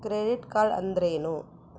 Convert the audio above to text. Credit card ಅಂದ್ರೇನು?